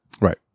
right